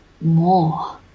more